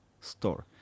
store